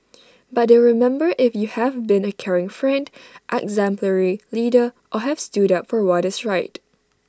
but they'll remember if you have been A caring friend exemplary leader or have stood up for what is right